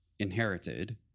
inherited